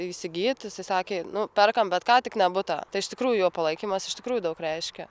įsigyt jisai sakė nu perkam bet ką tik ne butą tai iš tikrųjų jo palaikymas iš tikrųjų daug reiškia